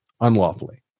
unlawfully